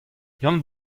yann